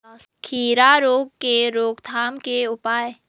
खीरा रोग के रोकथाम के उपाय?